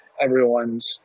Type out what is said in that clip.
Everyone's